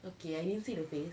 okay I didn't see the face